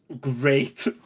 great